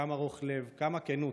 כמה רוך לב, כמה כנות.